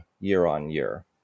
year-on-year